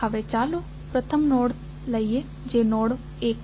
હવે ચાલો પ્રથમ નોડ લઈએ જે નોડ 1 છે